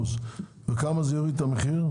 2%. בכמה זה יוריד את המחיר?